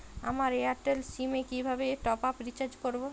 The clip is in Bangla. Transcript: আমার এয়ারটেল সিম এ কিভাবে টপ আপ রিচার্জ করবো?